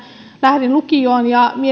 lähdin lukioon ja